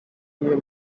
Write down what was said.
yield